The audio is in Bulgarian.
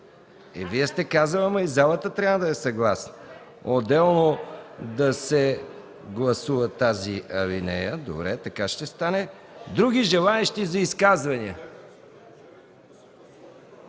Вие сте казали, но и залата трябва да е съгласна отделно да се гласува тази алинея. Добре, така ще стане. Други желаещи за изказвания?